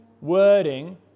wording